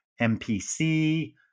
MPC